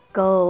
go